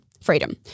freedom